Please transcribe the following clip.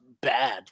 bad